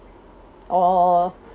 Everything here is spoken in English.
or